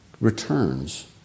returns